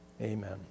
amen